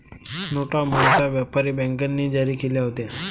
नोटा मूळतः व्यापारी बँकांनी जारी केल्या होत्या